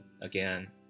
again